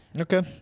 Okay